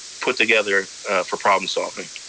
put together for problem solving.